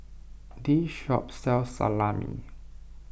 this shop sells Salami